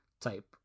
type